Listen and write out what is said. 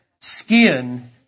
skin